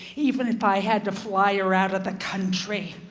even if i had to fly her out of the country.